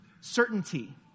Certainty